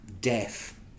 death